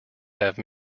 have